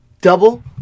double